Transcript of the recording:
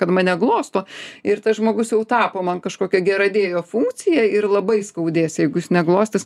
kad mane glosto ir tas žmogus jau tapo man kažkokia geradėjo funkcija ir labai skaudės jeigu jis neglostys